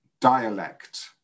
dialect